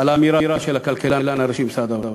על האמירה של הכלכלן הראשי של משרד האוצר.